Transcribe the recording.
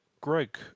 Greg